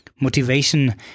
Motivation